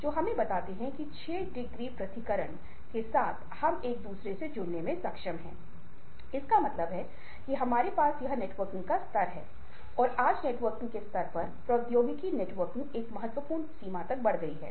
और हॉलमार्क यह है कि जो स्वयं जागरूक हैं वे बहुत आश्वस्त हैं उनमें हास्यवृत्ति की भावना है और उनका एक वास्तविक आत्म मूल्यांकन है